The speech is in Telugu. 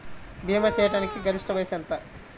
భీమా చేయాటానికి గరిష్ట వయస్సు ఎంత?